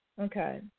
Okay